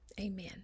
Amen